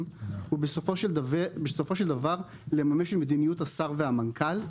הוא בסופו של דבר לממש מדיניות השר והמנכ"ל.